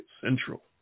Central